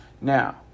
Now